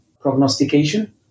prognostication